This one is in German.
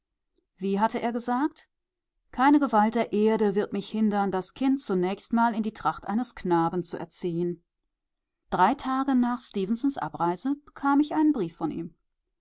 wie hatte er gesagt keine gewalt der erde wird mich hindern das kind zunächst mal in der tracht eines knaben zu erziehen drei tage nach stefensons abreise bekam ich einen brief von ihm